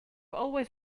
always